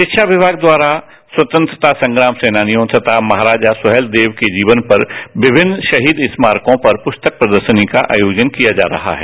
शिक्षा विभाग द्वारा स्वतंत्रता संग्राम सेनानियों तथा महाराजा सुहेलदेव के जीवन पर विभिन्न शहीद स्मारकों पर पुस्तक प्रदर्शनी का आयोजन किया जा रहा है